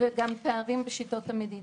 וגם פערים בשיטות המדידה.